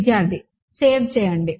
విద్యార్థి సేవ్ చేయండి